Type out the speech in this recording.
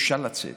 אפשר לצאת.